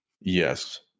Yes